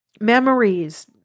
memories